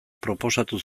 proposatu